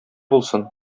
булсын